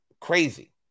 crazy